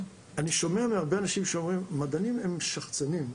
אני שומע מהרבה אנשים שאומרים שמדענים הם שחצנים,